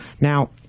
Now